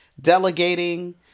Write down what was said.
delegating